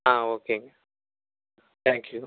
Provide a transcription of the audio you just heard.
ஆ ஓகேங்க thank you